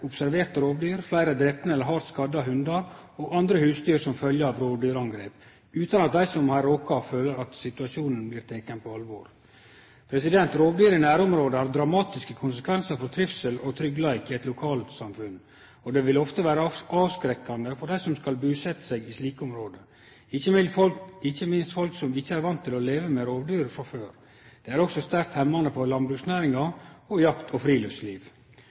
blir meldt om fleire observerte rovdyr, fleire drepne eller hardt skadde hundar og andre husdyr som følgje av rovdyrangrep, utan at dei som er råka, føler at situasjonen blir teken alvorleg. Rovdyr i nærområdet har dramatiske konsekvensar for trivsel og tryggleik i eit lokalsamfunn. Det vil ofte vere avskrekkande for dei som skal busetje seg i slike område, ikkje minst folk som ikkje er vane med å leve med rovdyr frå før. Det er også sterkt hemmande på landbruksnæringa og jakt og friluftsliv.